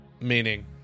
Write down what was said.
meaning